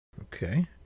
okay